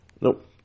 Nope